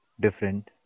different